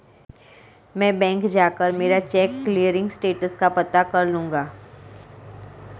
मैं बैंक जाकर मेरा चेक क्लियरिंग स्टेटस का पता कर लूँगा